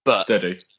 Steady